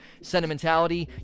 sentimentality